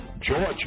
Georgia